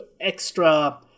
extra